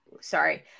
sorry